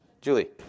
Julie